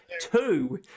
Two